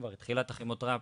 כבר התחילה את הכימותרפיה,